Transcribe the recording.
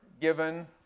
given